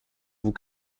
vous